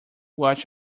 watch